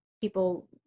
people